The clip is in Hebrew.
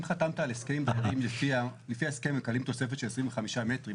אם חתמת על הסכם עם הדיירים שלפיו הם מקבלים תוספת של 25 מטרים,